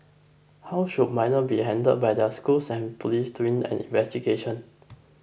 how should minors be handled by their schools and police during an investigation